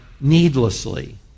needlessly